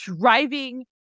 driving